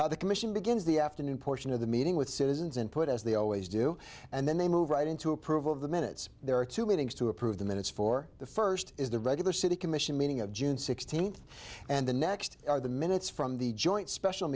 the commission begins the afternoon portion of the meeting with citizens input as they always do and then they move right into approval of the minutes there are two meetings to approve the minutes for the first is the regular city commission meeting of june sixteenth and the next are the minutes from the joint special